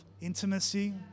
intimacy